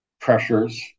pressures